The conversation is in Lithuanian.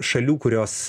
šalių kurios